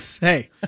Hey